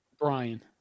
Brian